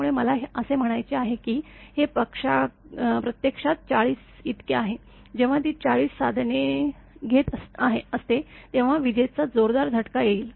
त्यामुळे मला असे म्हणायचे आहे की हे प्रत्यक्षात ४० इतके आहे जेव्हा ती ४० साधने घेत असते तेव्हा विजेचा जोरदार झटका येईल